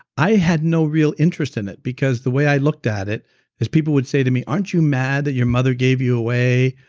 i had no real interest in it because the way i looked at it is people would say to me, aren't you mad that your mother gave you away?